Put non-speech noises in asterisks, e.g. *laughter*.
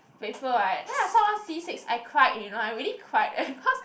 paper right then I saw one C six I cried you know I really cried leh *breath* cause